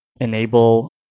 enable